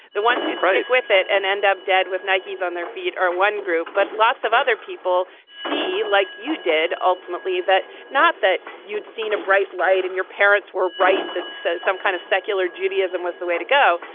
the ones who stick with it and end up dead with nike's on their feet are one group. but lots of other people see, like you did ultimately that not that you'd seen a bright light and your parents were right. that says some kind of secular judaism was the way to go,